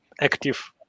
active